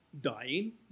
Dying